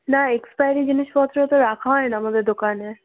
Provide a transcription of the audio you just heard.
না এক্সপায়ারি জিনিসপত্র তো রাখা হয় না আমাদের দোকানে